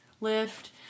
lift